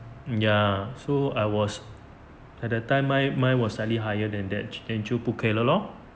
ya so I was at that time mine mine was slightly higher than that then 就不可以 liao lor